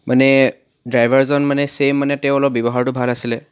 মানে ড্ৰাইভাৰজন মানে ছেইম মানে তেওঁৰ অলপ ব্যৱহাৰটো ভাল আছিলে